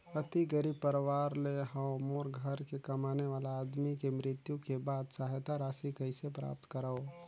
अति गरीब परवार ले हवं मोर घर के कमाने वाला आदमी के मृत्यु के बाद सहायता राशि कइसे प्राप्त करव?